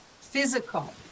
physical